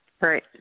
Right